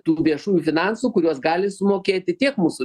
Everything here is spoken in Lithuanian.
tų viešųjų finansų kuriuos gali sumokėti tiek mūsų